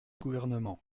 gouvernement